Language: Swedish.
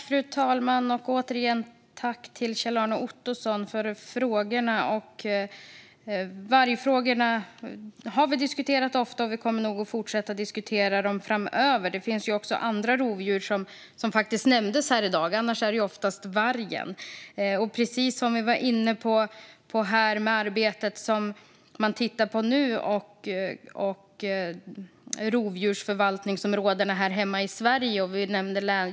Fru talman! Återigen tack, Kjell-Arne Ottosson, för frågorna! Vi har diskuterat vargfrågorna ofta och kommer nog att fortsätta diskutera dem framöver. Också andra rovdjur nämndes här i dag, annars är det oftast vargen som nämns. Det pågår ett arbete med rovdjursförvaltningsområdena här hemma i Sverige.